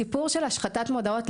הסיפור של השחתת מודעות,